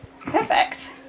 Perfect